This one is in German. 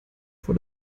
vor